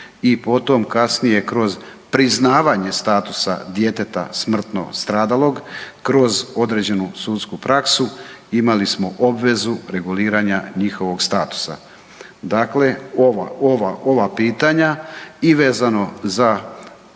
i potom kasnije kroz priznavanje statusa djeteta smrtno stradalog, kroz određenu sudsku praksu imali smo obvezu reguliranja njihovog statusa. Dakle, ova pitanja i vezano za